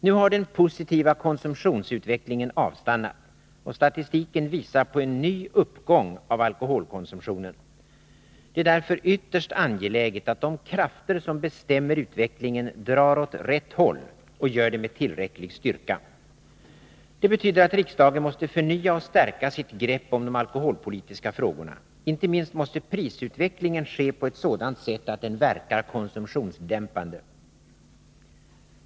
Nu har den positiva konsumtionsutvecklingen avstannat, och statistiken visar på en ny uppgång av alkoholkonsumtionen. Det är därför ytterst angeläget att de krafter som bestämmer utvecklingen drar åt rätt håll — och gör det med tillräcklig styrka. Det betyder att riksdagen måste förnya och stärka sitt grepp om de alkoholpolitiska frågorna. Inte minst måste prisutvecklingen ske på ett sådant sätt att den verkar konsumtionsdämpande.